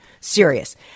serious